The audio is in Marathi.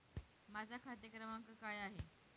माझा खाते क्रमांक काय आहे?